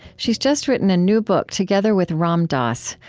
she's just written a new book together with ram dass,